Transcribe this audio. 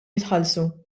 jitħallsu